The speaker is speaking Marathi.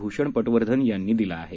भूषण पटवर्धन यांनी दिलं आहे